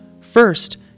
First